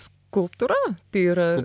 skulptūra tai yra